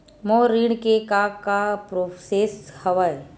मोर ऋण के का का प्रोसेस हवय?